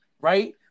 right